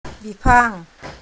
बिफां